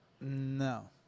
No